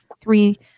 three